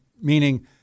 meaning